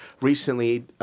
recently